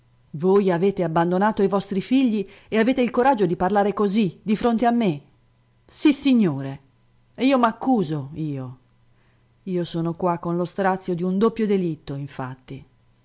voi avete abbandonato i vostri figli e avete il coraggio di parlare così di fronte a me sissignore e io m'accuso io io sono qua con lo strazio d'un doppio delitto infatti